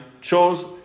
chose